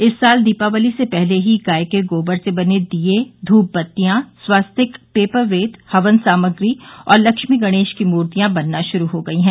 इस साल दीपावली से पहले ही गाय के गोबर से बने दीए धूप बत्तियां स्वास्तिक पेपर वेट हवन सामग्री और लक्ष्मी गणेश की मूर्तियां बनना शुरू हो गई हैं